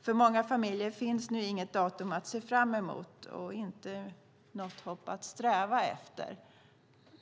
För många familjer finns nu inget datum att se fram emot och inget hopp att sträva efter.